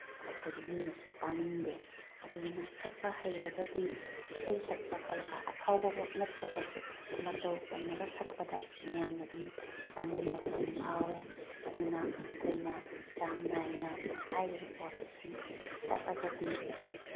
ꯑꯩꯈꯣꯏꯒꯤ ꯃꯤꯅꯁꯨ ꯇꯥꯅꯤꯡꯗꯦ ꯑꯗꯨꯗꯨꯅ ꯁꯛꯄ ꯍꯩꯔꯒꯗꯤ ꯏꯁꯩ ꯁꯛꯄ ꯀꯂꯀꯥꯔ ꯑꯐꯥꯎꯕꯃꯛ ꯅꯠꯇ꯭ꯔꯒꯁꯨ ꯃꯇꯧ ꯇꯝꯃꯒ ꯁꯛꯄꯗ ꯃꯤꯌꯥꯝꯅ ꯑꯗꯨꯝ ꯇꯥꯅꯤꯡꯕꯗꯣ ꯑꯗꯨꯝ ꯐꯥꯎꯑꯦ ꯑꯗꯨꯅ ꯑꯩꯈꯣꯏꯅ ꯆꯥꯡ ꯅꯥꯏꯅ ꯍꯥꯏꯔꯤꯕ ꯄꯣꯠꯁꯦ ꯁꯨꯝ ꯁꯛꯑꯒꯗꯤ